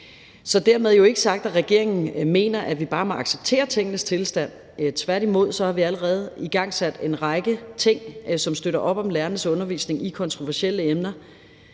Så dermed jo ikke sagt, at regeringen mener, at vi bare må acceptere tingenes tilstand. Tværtimod har vi allerede igangsat en række ting, som støtter op om lærernes undervisning i kontroversielle emner.